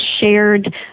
shared